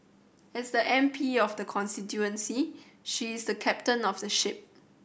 as the M P of the constituency she is the captain of the ship